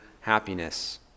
happiness